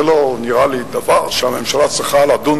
זה לא נראה לי דבר שהממשלה צריכה לדון